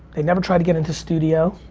they never tried to get into studio.